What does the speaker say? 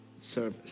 service